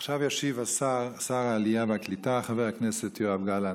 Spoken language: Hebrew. ישיב שר העלייה והקליטה חבר הכנסת יואב גלנט,